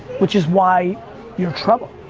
which is why you're troubled.